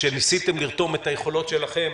כשניסיתם לרתום את היכולות שלכם,